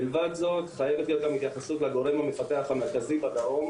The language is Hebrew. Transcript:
מלבד זאת חייבת להיות גם התייחסות לגורם המפתח המרכזי בדרום